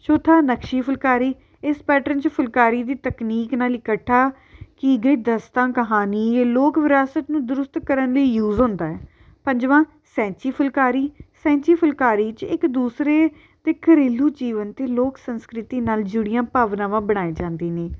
ਚੌਥਾ ਨਕਸ਼ੀ ਫੁਲਕਾਰੀ ਇਸ ਪੈਟਰਨ 'ਚ ਫੁਲਕਾਰੀ ਦੀ ਤਕਨੀਕ ਨਾਲ਼ ਇਕੱਠਾ ਦਸਤਾ ਕਹਾਣੀ ਇਹ ਲੋਕ ਵਿਰਾਸਤ ਨੂੰ ਦਰੁਸਤ ਕਰਨ ਲਈ ਯੂਜ ਹੁੰਦਾ ਹੈ ਪੰਜਵਾਂ ਸੈਂਚੀ ਫੁਲਕਾਰੀ ਸੈਂਚੀ ਫੁਲਕਾਰੀ 'ਚ ਇੱਕ ਦੂਸਰੇ ਅਤੇ ਘਰੇਲੂ ਜੀਵਨ ਅਤੇ ਲੋਕ ਸੰਸਕ੍ਰਿਤੀ ਨਾਲ਼ ਜੁੜੀਆਂ ਭਾਵਨਾਵਾਂ ਬਣਾਏ ਜਾਂਦੀ ਨੇ